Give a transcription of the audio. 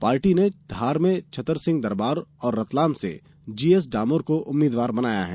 party ने धार से छतर सिंह दरबार और रतलाम से जी एस डामोर को उम्मीद्वार बनाया है